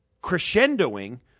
crescendoing